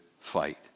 fight